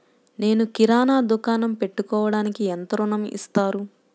నేను కిరాణా దుకాణం పెట్టుకోడానికి ఎంత ఋణం ఇస్తారు?